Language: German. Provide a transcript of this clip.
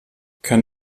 kann